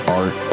art